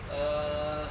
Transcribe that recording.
err